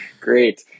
Great